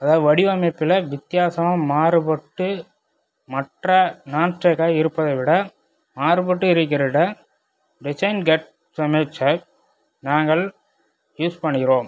அதாவது வடிவமைப்பில் வித்தியாசமாக மாறுபட்டு மற்ற நான்ஸ்டாக்காக இருப்பதை விட மாறுபட்டு இருக்கிற டிசைன் கட் ப்ரனேச்சர் நாங்கள் யூஸ் பண்ணுகிறோம்